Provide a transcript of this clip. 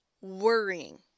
worrying